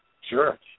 Sure